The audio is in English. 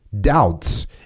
doubts